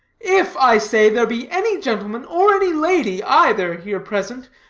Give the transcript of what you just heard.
if, i say, there be any gentleman, or any lady, either, here present,